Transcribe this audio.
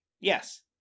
Yes